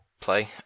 play